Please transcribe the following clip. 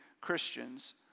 Christians